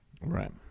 Right